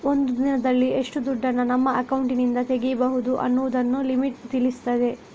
ಒಂದು ದಿನದಲ್ಲಿ ಎಷ್ಟು ದುಡ್ಡನ್ನ ನಮ್ಮ ಅಕೌಂಟಿನಿಂದ ತೆಗೀಬಹುದು ಅನ್ನುದನ್ನ ಲಿಮಿಟ್ ತಿಳಿಸ್ತದೆ